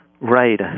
Right